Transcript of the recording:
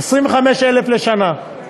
25,000 לשנה,